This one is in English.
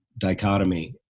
dichotomy